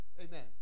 Amen